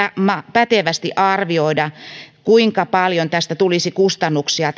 pätevästi arvioida kuinka paljon tästä lakimuutoksesta tulisi kustannuksia